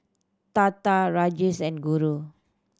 Tata Rajesh and Guru